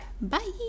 Bye